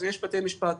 אז יש בתי משפט,